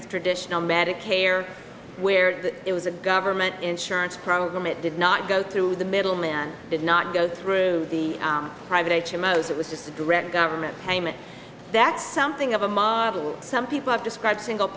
with traditional medicare where it was a government insurance program it did not go to the middleman did not go through the private h m o that was just a direct government payment that something of a model some people have described single